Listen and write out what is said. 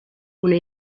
una